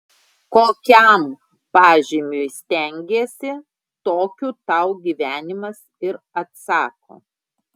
kokiam pažymiui stengiesi tokiu tau gyvenimas ir atsako